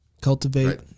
Cultivate